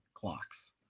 clocks